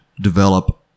develop